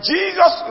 Jesus